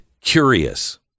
curious